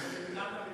במליאת הממשלה.